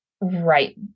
right